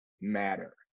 matter